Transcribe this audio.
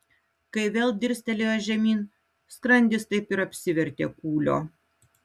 kai vėl dirstelėjo žemyn skrandis taip ir apsivertė kūlio